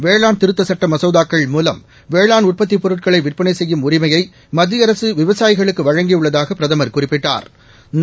வேளாண் திருத்தச் சட்ட மசோதாக்கள் மூலம் வேளாண் உற்பத்திப் பொருட்களை விற்பளை செய்யும் உரிமையை மத்திய அரசு விவசாயிகளுக்கு வழங்கியுள்ளதாக பிரதமா் குறிப்பிட்டாா்